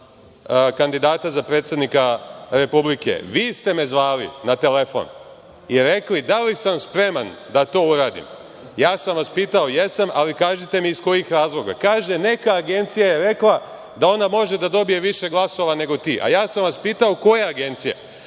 kandidata za predsednika Republike, vi ste me zvali na telefon i rekli da li sam spreman da to uradim. Ja sam vas pitao, jesam, ali kažite mi iz kojih razloga. Kaže, neka agencija je rekla da ona može da dobije više glasova nego ti, a ja sam vas pitao koja agencija,